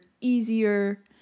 easier